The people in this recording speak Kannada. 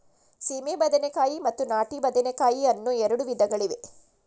ಸೀಮೆ ಬದನೆಕಾಯಿ ಮತ್ತು ನಾಟಿ ಬದನೆಕಾಯಿ ಅನ್ನೂ ಎರಡು ವಿಧಗಳಿವೆ